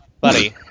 buddy